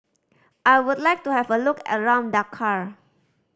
I would like to have a look around Dakar